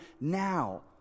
now